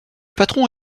patron